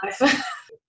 life